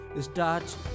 Start